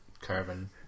carbon